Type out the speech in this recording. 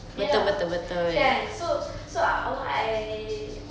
ya lah kan so so I I